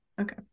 Okay